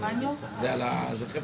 בעוד שלושה חודשים או חודשיים,